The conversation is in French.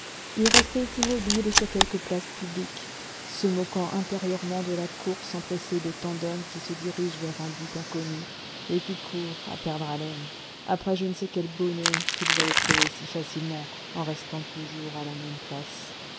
il restait immobile sur quelque place publique se moquant intérieurement de la course empressée de tant d'hommes qui se dirigent vers un but inconnu et qui courent à perdre haleine après je ne sais quel bonheur qu'il avait trouvé si facilement en restant toujours à la même place